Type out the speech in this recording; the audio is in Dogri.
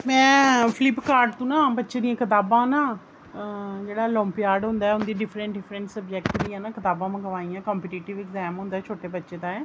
में फ्लिप्प कार्ट तूं न बच्चे दियां कताबां मंगाइयां जेह्ड़ा अलोम्पियार्ड होंदा डिफरंट डिफरंट सब्जैक्ट दियां कताबां मंगाइयां कोम्पिटेटिव इग्जैम होंदा छोटे बच्चे ताईं